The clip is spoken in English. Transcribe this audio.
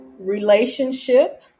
relationship